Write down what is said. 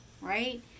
right